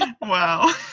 wow